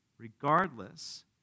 Regardless